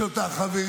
של ההצעה הזאת?